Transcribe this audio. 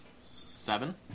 Seven